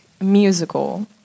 musical